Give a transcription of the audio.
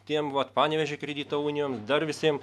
tiem vat panevėžio kredito unijoms dar visiem